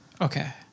Okay